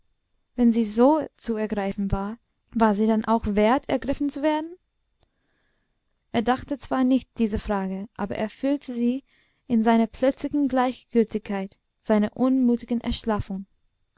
wenn sie so zu ergreifen war war sie dann auch wert ergriffen zu werden er dachte zwar nicht diese frage aber er fühlte sie in seiner plötzlichen gleichgültigkeit seiner unmutigen erschlaffung